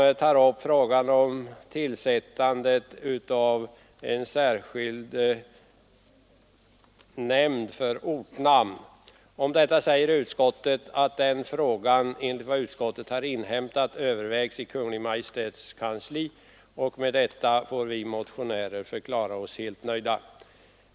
I den tar vi upp frågan om tillsättandet av en särskild nämnd för ortnamn. Om detta säger utskottet att frågan enligt vad utskottet har inhämtat övervägs i Kungl. Maj:ts kansli. Med detta vill vi motionärer förklara oss helt nöjda.